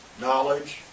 knowledge